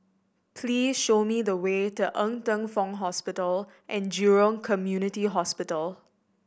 please show me the way to Ng Teng Fong Hospital And Jurong Community Hospital